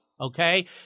Okay